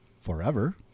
forever